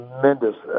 tremendous